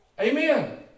Amen